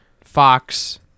Fox